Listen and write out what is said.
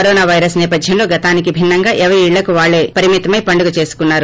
corona virus సేపధ్యంలో గతానికి భిన్పంగా ఎవరి ఇళ్ళకు వారే పరిమితమై పండుగ చేసుకున్నారు